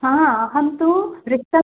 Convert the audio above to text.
हा अहं तु वृत्तम्